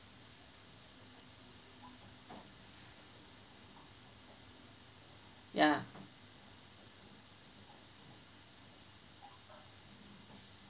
ya